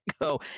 go